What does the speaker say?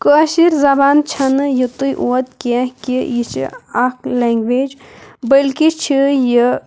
کٲشٕر زبان چھَنہٕ یِتُے یوت کیٚنٛہہ کہِ یہِ چھِ اَکھ لٮ۪نٛگویج بٔلکہِ چھِ یہِ